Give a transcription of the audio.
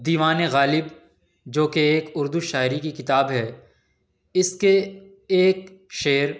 دیوانِ غالب جو كہ ایک اردو شاعری کی کتاب ہے اس کے ایک شعر